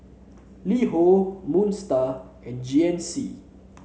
LiHo Moon Star and G N C